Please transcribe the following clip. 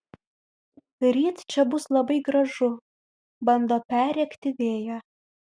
ryt čia bus labai gražu bando perrėkti vėją